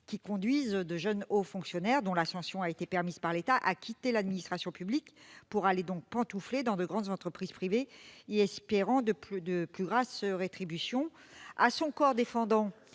qui conduisent de jeunes hauts fonctionnaires, dont l'ascension a été permise par l'État, à quitter l'administration publique pour aller pantoufler dans de grandes entreprises privées, en espérant de plus grasses rétributions. À son corps défendant,